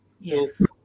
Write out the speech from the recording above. yes